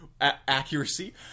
accuracy